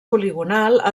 poligonal